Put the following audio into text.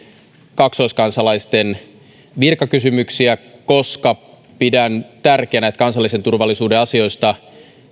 kaksoiskansalaisten virkakysymyksiä koska pidän tärkeänä että kansallisen turvallisuuden asioista